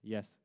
Yes